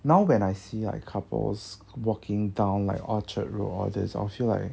now when I see like couples walking down like orchard road all these I will feel like